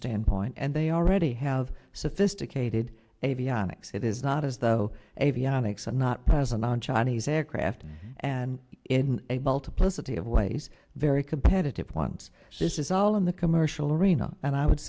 standpoint and they already have sophisticated avionics it is not as though avionics are not present on chinese aircraft and in a multiplicity of ways very competitive ones this is all in the commercial arena and i would